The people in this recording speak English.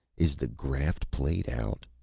is the graft played out?